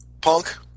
Punk